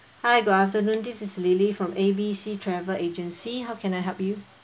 hi afternoon this is lily from A B C travel agency how can I help you